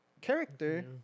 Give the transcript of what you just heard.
character